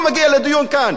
אם היה לנו טיפת כבוד,